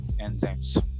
enzymes